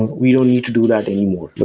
and we don't need to do that anymore.